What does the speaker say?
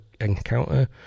encounter